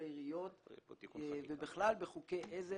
אחר כך